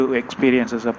experiences